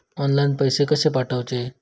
Online पैसे कशे पाठवचे?